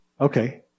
Okay